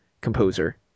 composer